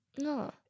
No